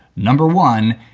number one,